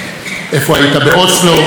איפה היית כשרצחו את רבין,